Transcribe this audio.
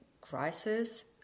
crisis